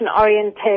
orientation